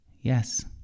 yes